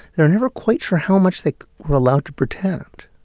they're never quite sure how much they were allowed to pretend